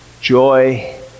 joy